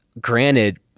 Granted